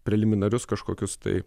preliminarius kažkokius tai